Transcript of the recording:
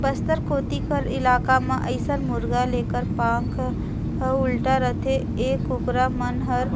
बस्तर कोती कर इलाका म अइसन मुरगा लेखर पांख ह उल्टा रहिथे ए कुकरा मन हर